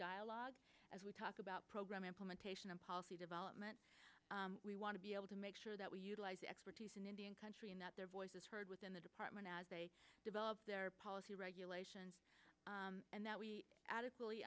dialogue as we talk about program implementation and policy development we want to be able to make sure that we utilize expertise in indian country and that their voices heard within the department as they develop their policy regulation and that we ad